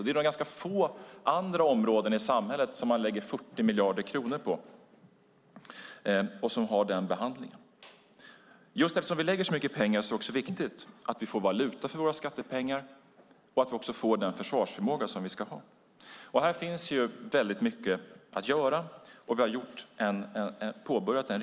Det är nog ganska få andra områden i samhället man lägger 40 miljarder kronor på som har denna behandling. Just för att vi lägger så mycket pengar är det viktigt att vi får valuta för våra skattepengar och att vi också får den försvarsförmåga vi ska ha. Här finns väldigt mycket att göra, och vi har påbörjat resan.